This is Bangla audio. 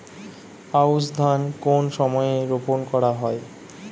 আউশ ধান কোন সময়ে রোপন করা হয়?